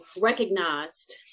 recognized